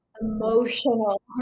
emotional